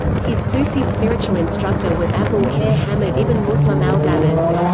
his sufi spiritual instructor was abu'l-khair hammad ibn muslim al-dabbas.